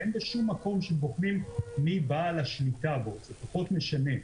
בשום מקום לא בוחנים מי בעל השליטה, זה פחות משנה.